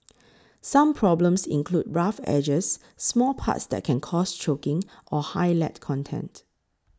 some problems include rough edges small parts that can cause choking or high lead content